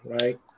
right